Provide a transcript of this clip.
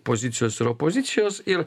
pozicijos ir opozicijos ir